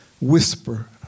whisper